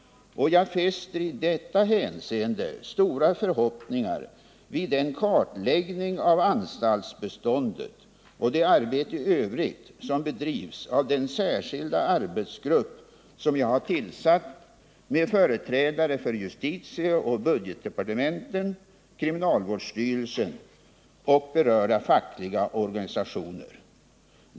Jag fäster i detta hänseende stora förhoppningar vid den kartläggning av anstaltsbeståndet och det arbete i övrigt som bedrivs av den särskilda arbetsgrupp som jag har tillsatt med företrädare för justitieoch budgetdepartementen, kriminalvårdsstyrelsen och berörda fackliga organisationer.